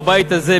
בבית הזה,